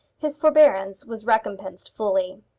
his forbearance was recompensed fully.